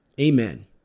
Amen